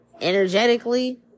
energetically